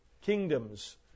kingdoms